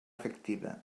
efectiva